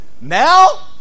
Now